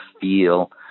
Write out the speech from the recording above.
feel